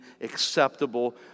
acceptable